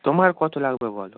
তোমার কতো লাগবে বলো